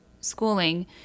schooling